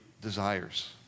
desires